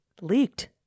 leaked